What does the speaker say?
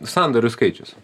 sandorių skaičius